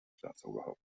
staatsoberhaupt